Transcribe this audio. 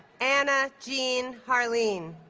anna jean harleen